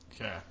Okay